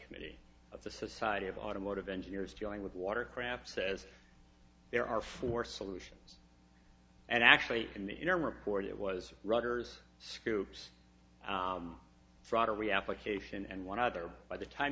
committee of the society of automotive engineers dealing with watercraft says there are four solutions and actually in the interim report it was roger's scoops frogger re application and one other by the time